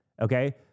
okay